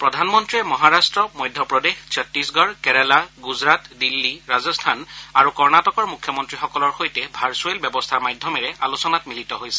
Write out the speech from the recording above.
প্ৰধানমন্ত্ৰীয়ে মহাৰট্ট মধ্যপ্ৰদেশ ছট্টিশগড় কেৰালা গুজৰাট দিল্লী ৰাজস্থান আৰু কৰ্ণাটকৰ মুখ্যমন্ত্ৰীসকলৰ সৈতে ভাৰ্ছুৱেল ব্যৱস্থাৰ মাধ্যমেৰে আলোচনাত মিলিত হৈছে